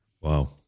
Wow